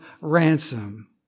ransom